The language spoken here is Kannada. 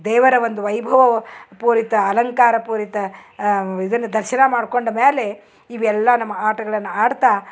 ದೇವರ ಒಂದು ವೈಭವವ ಪೂರಿತ ಅಲಂಕಾರ ಪೂರಿತ ಇದನ್ನ ದರ್ಶನ ಮಾಡ್ಕೊಂಡ ಮ್ಯಾಲೆ ಇವೆಲ್ಲ ನಮ್ಮ ಆಟಗಳನ್ನ ಆಡ್ತಾ